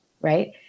Right